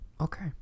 Okay